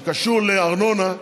שקשור לארנונה,